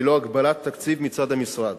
ללא הגבלת תקציב מצד המשרד.